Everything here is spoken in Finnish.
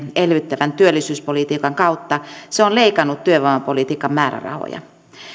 elvyttävän työllisyyspolitiikan kautta se on leikannut työvoimapolitiikan määrärahoja